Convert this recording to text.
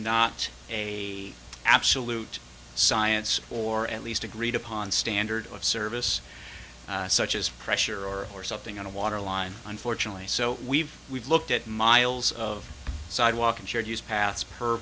not a absolute science or at least agreed upon standard of service such as pressure or or something on a water line unfortunately so we've we've looked at miles of sidewalk and shared use paths per